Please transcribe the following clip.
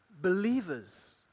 Believers